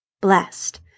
blessed